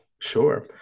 Sure